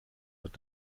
wird